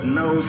no